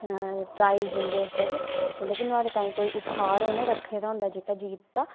prize दिंदे उसदे च मतलब कि नुहाड़े ताहीं कोई उपहार उनैं रक्खे दा होंदा जेह्का जीतदा